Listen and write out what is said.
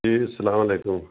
جی سلام علیکم